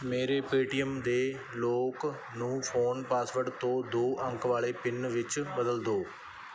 ਮੇਰੇ ਪੇਟੀਐੱਮ ਦੇ ਲੌਕ ਨੂੰ ਫ਼ੋਨ ਪਾਸਵਰਡ ਤੋਂ ਦੋ ਅੰਕ ਵਾਲੇ ਪਿੰਨ ਵਿੱਚ ਬਦਲ ਦਿਓ